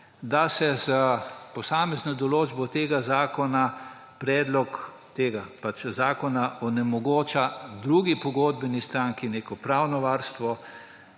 da se s posamezno določbo tega zakona, s predlogom tega zakona, onemogoča drugi pogodbeni stranki neko pravno varstvo,